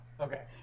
Okay